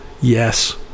yes